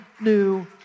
New